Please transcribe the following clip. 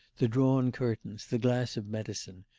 the drawn curtains, the glass of medicine,